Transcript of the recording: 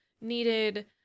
needed